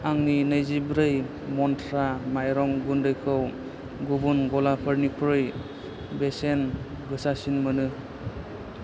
आंनि नैजिब्रै मन्त्रा माइरं गुन्दैखौ गुबुन गलाफोरनिख्रुइ बेसेन गोसासिन मोनो